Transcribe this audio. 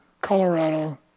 Colorado